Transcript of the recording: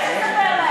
לך תספר להם.